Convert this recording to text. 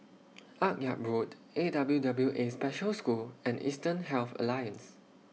Akyab Road A W W A Special School and Eastern Health Alliance